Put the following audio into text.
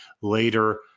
later